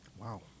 Wow